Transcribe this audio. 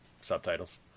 subtitles